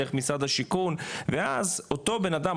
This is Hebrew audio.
דרך משרד השיכון ואז אותו בנאדם,